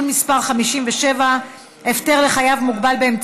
30 בעד,